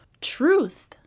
truth